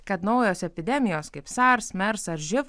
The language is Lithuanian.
kad naujos epidemijos kaip sars mers ar živ